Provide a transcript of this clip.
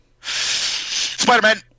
spider-man